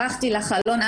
ברחתי לחלון.